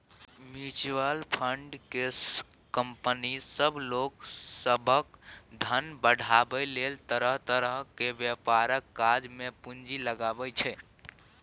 mutual fund केँ company सब लोक सभक धन बढ़ाबै लेल तरह तरह के व्यापारक काज मे पूंजी लगाबै छै